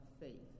faith